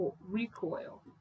recoil